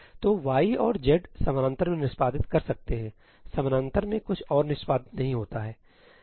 तो y और z समानांतर में निष्पादित कर सकते हैं समानांतर में कुछ और निष्पादित नहीं होता है